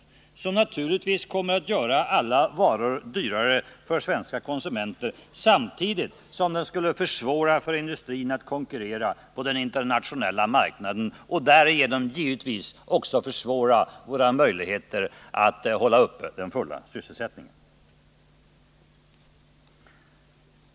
Promsen skulle naturligtvis göra alla varor dyrare för svenska konsumenter samtidigt som den skulle försvåra för industrin att konkurrera på den internationella marknaden och därigenom givetvis också försvåra våra möjligheter att hålla uppe den fulla sysselsättningen.